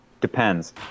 depends